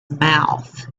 mouth